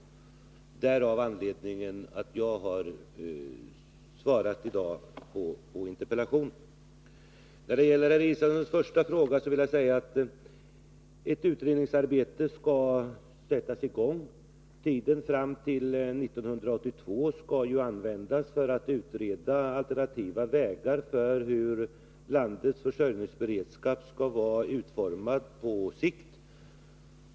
Detta är anledningen till att jag har svarat på interpellationen i dag. Beträffande Per Israelssons första fråga vill jag säga att ett utredningsarbete skall påbörjas. Tiden fram till 1982 skall ju användas för att utreda alternativa vägar för hur landets försörjningsberedskap skall utformas på sikt.